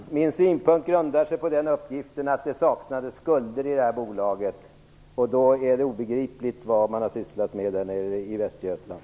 Herr talman! Min synpunkt grundar sig på den uppgiften att det saknades skulder i det här bolaget. Då är det obegripligt vad man har sysslat med där nere i Västergötland.